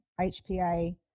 HPA